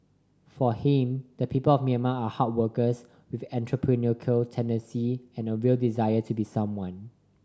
for him the people of Myanmar are hard workers with entrepreneurial tendency and a real desire to be someone